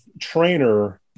trainer